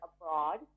abroad